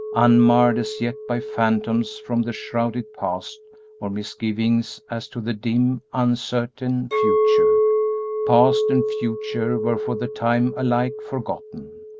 unmarred as yet by phantoms from the shrouded past or misgivings as to the dim, uncertain future past and future were for the time alike forgotten.